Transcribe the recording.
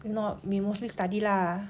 you know we mostly study lah